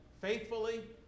faithfully